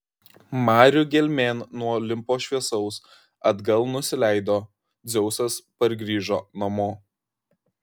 marių gelmėn nuo olimpo šviesaus atgal nusileido dzeusas pargrįžo namo